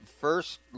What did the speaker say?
First